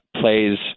plays